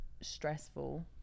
stressful